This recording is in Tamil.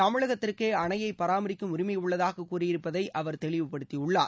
தமிழகத்திற்கே அணையை பராமரிக்கும் உரிமை உள்ளதாக கூறியிருப்பதை அவர் தெளிவுப்படுத்தியுள்ளார்